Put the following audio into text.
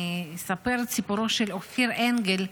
אני אספר את סיפורו של אופיר אנגל,